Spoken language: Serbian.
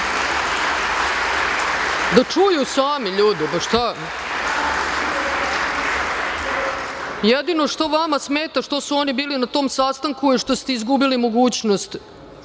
da čuju sami ljude, pa šta. Jedino što vama smeta što su oni bili na tom sastanku i što ste izgubili mogućnost